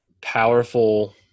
powerful